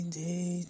day